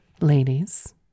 Ladies